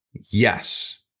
yes